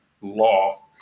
law